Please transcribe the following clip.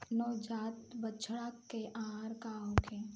नवजात बछड़ा के आहार का होखे?